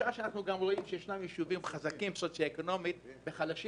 כי ישנם יישובים שהם חזקים סוציואקונומית אבל חלשים